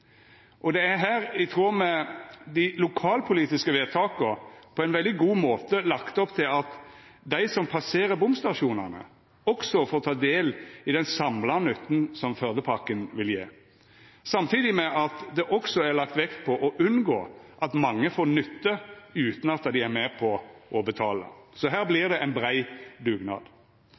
bompengar. Det er her, i tråd med dei lokalpolitiske vedtaka, på ein veldig god måte lagt opp til at dei som passerer bomstasjonane, også får ta del i den samla nytten som Førdepakken vil gje, samtidig med at det også er lagt vekt på å unngå at mange får nytte utan at dei er med på å betala. Så her vert det ein brei dugnad.